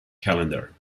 calendar